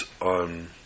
on